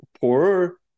poorer